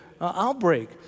outbreak